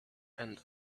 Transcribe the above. and